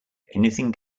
anything